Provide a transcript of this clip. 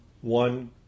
one